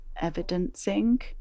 evidencing